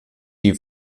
die